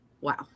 Wow